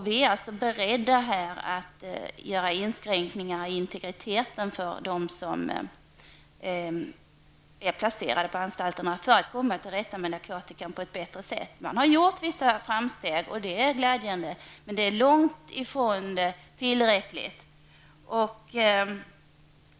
Vi är beredda att göra inskränkningar i den personliga integriteten för dem som är placerade på anstalterna för att komma till rätta med narkotikaproblemet på ett bättre sätt. Man har gjort vissa framsteg, och det är glädjande men långt ifrån tillräckligt.